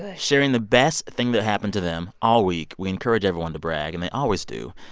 ah sharing the best thing that happened to them all week. we encourage everyone to brag, and they always do.